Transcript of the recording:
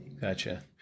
Gotcha